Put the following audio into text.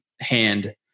hand